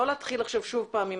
לא להתחיל עכשיו שוב פעם,